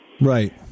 Right